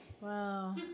Wow